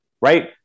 right